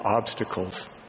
obstacles